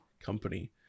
company